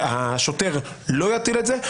השוטר לא יטיל את זה,